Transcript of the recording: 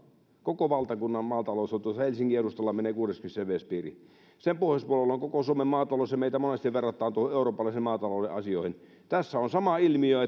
koko valtakunnan maatalous tuossa helsingin edustalla menee kuudeskymmenes leveyspiiri sen pohjoispuolella on koko suomen maatalous ja meitä monesti verrataan eurooppalaisen maatalouden asioihin tässä on sama ilmiö